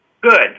Good